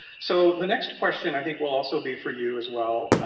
so the next question, i think will also be for you as well,